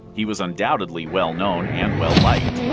he was undoubtedly well-known and well-liked.